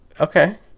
Okay